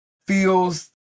feels